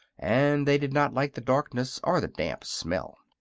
and they did not like the darkness or the damp smell.